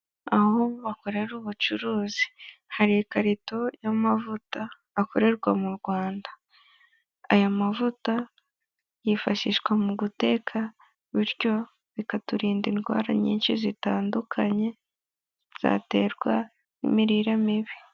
Aho bakorera ubucuruzi hari ikarito y'amavuta akorerwa mu Rwanda, aya mavuta yifashishwa mu guteka bityo bikaturinda indwara nyinshi zitandukanye zaterwa n'imirire mibi.